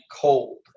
cold